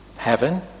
Heaven